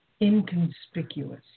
inconspicuous